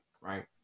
right